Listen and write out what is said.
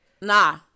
Nah